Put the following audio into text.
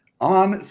on